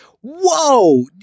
whoa